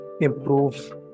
improve